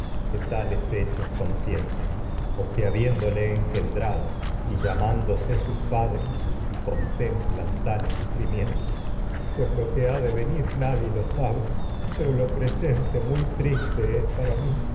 dioses tales hechos con y sienten sus porque habiéndole engendrado llamándose padres contemplan tales de venir sufrimientos pues lo que ha nadie lo sabe pero lo presente muy triste es para mí